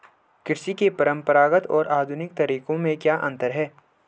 कृषि के परंपरागत और आधुनिक तरीकों में क्या अंतर है?